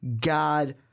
god